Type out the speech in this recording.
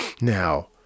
Now